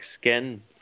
skin